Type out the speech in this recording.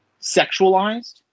sexualized